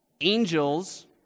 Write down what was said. Angels